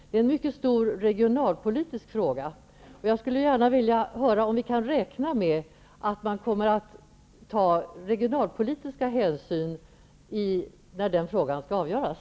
Det är en mycket stor regionalpolitisk fråga, och jag vill gärna veta om vi kan räkna med att man kommer att ta regionalpolitiska hänsyn när frågan skall avgöras.